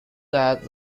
that